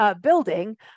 building